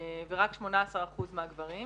ורק 18% מהגברים.